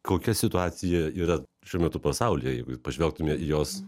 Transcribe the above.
kokia situacija yra šiuo metu pasaulyje jeigu pažvelgtume į jos